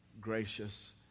gracious